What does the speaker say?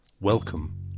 Welcome